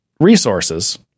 resources